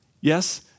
Yes